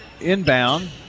inbound